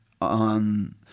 on